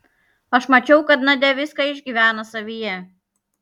aš mačiau kad nadia viską išgyveno savyje